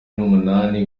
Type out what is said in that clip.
n’umunani